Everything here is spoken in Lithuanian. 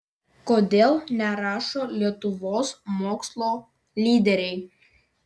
kodėl nerašo lietuvos mokslo lyderiai